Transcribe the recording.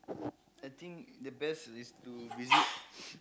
I think the best is to visit